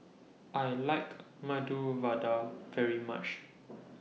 I like Medu Vada very much